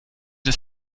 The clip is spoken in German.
das